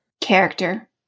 Character